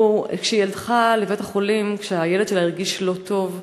הוא שכשהיא הלכה לבית-החולים כשהילד שלה הרגיש לא טוב,